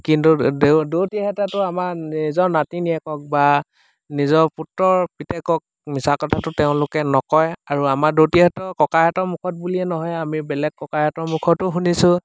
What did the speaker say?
কিন্তু দৌতিহঁতেতো আমাৰ নিজৰ নাতিনীয়েকক বা নিজৰ পুত্ৰৰ পিতেকক মিছা কথাটো তেওঁলোকে নকয় আৰু আমাৰ দৌতিহঁতৰ ককাহঁতৰ মুখত বুলিয়ে নহয় আমি বেলেগ ককাহঁতৰ মুখতো শুনিছোঁ